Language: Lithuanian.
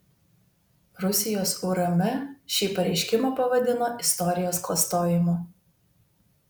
rusijos urm šį pareiškimą pavadino istorijos klastojimu